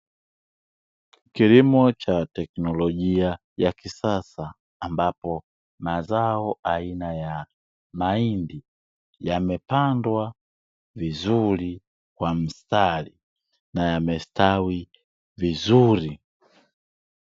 Kilimo cha teknolojia ya kisasa, ambapo mazao aina ya mahindi yamepandwa vizuri kwa mstari na yamestawi vizuri.